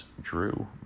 Drew